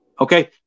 okay